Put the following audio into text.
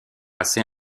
assez